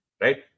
right